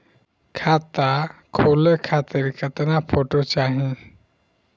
खाता खोले खातिर केतना फोटो चाहीं?